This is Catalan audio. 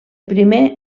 primer